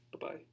Bye-bye